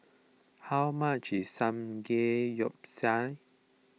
how much is Samgeyopsal